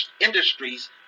industries